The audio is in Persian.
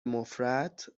مفرط